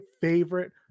favorite